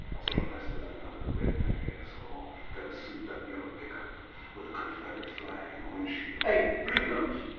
so unless there's another red and neck asshole got a souped up yellow pick up with a confederate flag in the windshield. hey, blue gums!